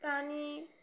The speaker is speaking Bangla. প্রাণী